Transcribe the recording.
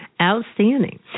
Outstanding